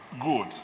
good